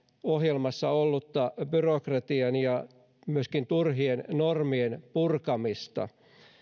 ohjelmassa ollutta byrokratian ja myöskin turhien normien purkamista